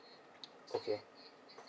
okay